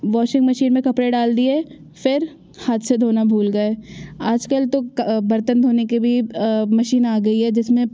washing machine में कपड़े डाल दिए फ़िर हाँथ से धोना भूल गए आजकल तो बर्तन धोने के भी मशीन आ गई है जिसमें